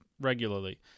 regularly